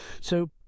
so